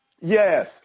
Yes